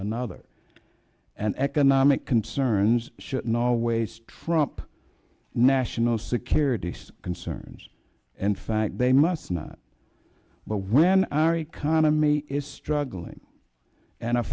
another and economic concerns should not always trump national security so concerns and fact they must not but when our economy is struggling and a